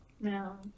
no